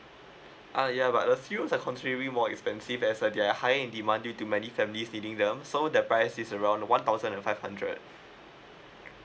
ah ya but a few like more expensive as uh their higher in demand due to many family feeding them so the price is around one thousand and five hundred